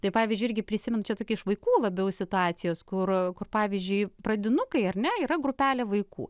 tai pavyzdžiui irgi prisimenu čia tokie iš vaikų labiau situacijos kur kur pavyzdžiui pradinukai ar ne yra grupelė vaikų